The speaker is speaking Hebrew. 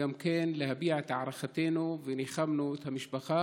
גם כן כדי להביע את הערכתנו וניחמנו את המשפחה.